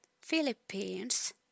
philippines